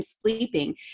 sleeping